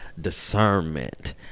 discernment